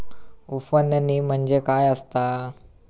उफणणी म्हणजे काय असतां?